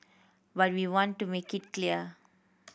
but we want to make it clear